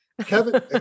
Kevin